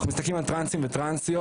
אנחנו מסתכלים על טרנסים וטרנסיות